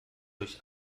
durch